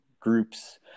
groups